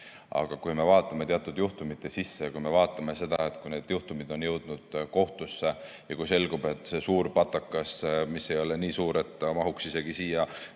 Aga kui me vaatame teatud juhtumite sisse ja vaatame seda, kui need juhtumid on jõudnud kohtusse ja selgub, et see suur patakas – see ei mahuks isegi siia